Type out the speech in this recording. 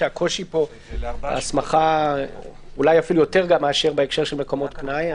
הקושי בהסמכה הוא אולי אפילו יותר מאשר בהקשר של מקומות פנאי.